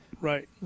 Right